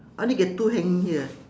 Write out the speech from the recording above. I only get two hanging here